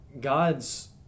God's